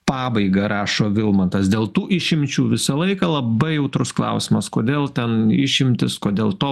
pabaiga rašo vilmantas dėl tų išimčių visą laiką labai jautrus klausimas kodėl ten išimtys kodėl to